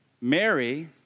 Mary